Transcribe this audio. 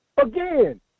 Again